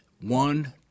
one